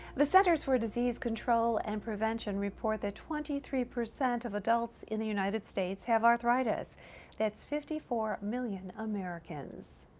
the centers for disease control and prevention report that twenty three percent of adults in the united states have arthritis that's fifty four million americans.